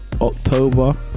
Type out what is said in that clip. October